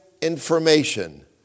information